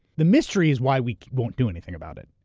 the mystery is why we won't do anything about it,